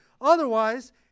otherwise